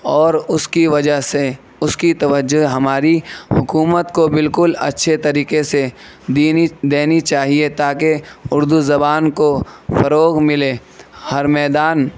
اور اُس کی وجہ سے اُس کی توجہ ہماری حکومت کو بالکل اچھے طریقے سے دینی دینی چاہیے تاکہ اُردو زبان کو فروغ ملے ہر میدان